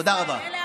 תודה רבה.